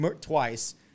twice